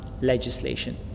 legislation